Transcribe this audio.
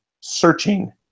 searching